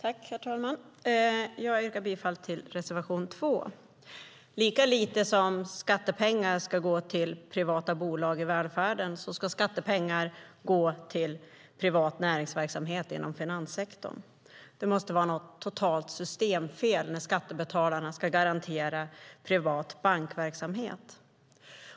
Herr talman! Jag yrkar bifall till reservation 2. Lika lite som skattepengar ska gå till privata bolag i välfärden ska skattepengar gå till privat näringsverksamhet inom finanssektorn. Det måste vara något totalt systemfel när skattebetalarna ska garantera privat bankverksamhet.